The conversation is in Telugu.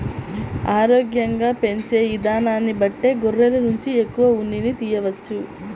ఆరోగ్యంగా పెంచే ఇదానాన్ని బట్టే గొర్రెల నుంచి ఎక్కువ ఉన్నిని తియ్యవచ్చు